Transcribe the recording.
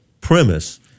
premise